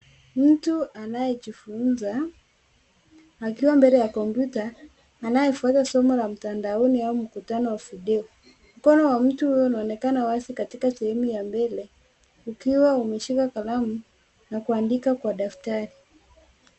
Mtu anayejifunza akiwa mbele ya kompyuta anayefuata somo la mtandaoni au mkutano wa video, mkono wa mtu huyo unaonekana wazi katika sehemu ya mbele ukuwa umeshika kalamu na kuandika kwa daftari.